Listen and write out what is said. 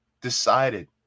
decided